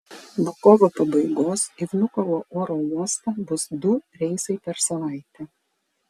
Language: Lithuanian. nuo kovo pabaigos į vnukovo oro uostą bus du reisai per savaitę